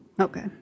Okay